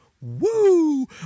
Woo